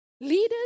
Leaders